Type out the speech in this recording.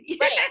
Right